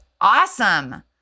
awesome